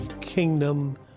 kingdom